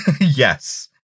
Yes